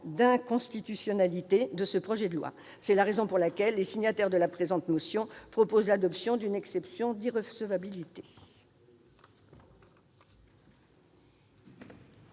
d'inconstitutionnalité. C'est la raison pour laquelle les signataires de la présente motion proposent l'adoption d'une exception d'irrecevabilité.